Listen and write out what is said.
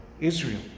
Israel